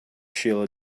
shiela